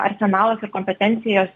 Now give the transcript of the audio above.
arsenalas ir kompetencijos